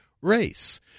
race